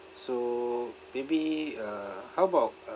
so maybe uh how about uh